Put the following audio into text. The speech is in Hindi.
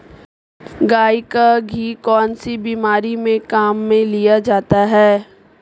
गाय का घी कौनसी बीमारी में काम में लिया जाता है?